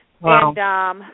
Wow